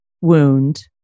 wound